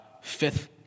fifth